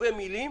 גיבובי מילים